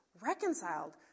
reconciled